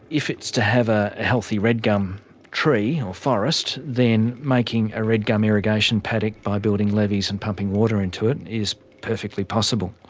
if it's to have a healthy red gum tree or forest, then making a red gum irrigation paddock by building levees and pumping water into it is perfectly possible.